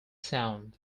sound